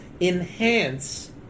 enhance